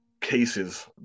cases